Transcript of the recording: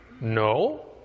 No